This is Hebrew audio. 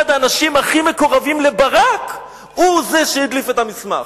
אחד האנשים הכי מקורבים לברק הדליף את המסמך.